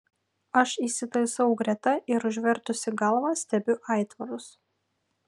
aš įsitaisau greta ir užvertusi galvą stebiu aitvarus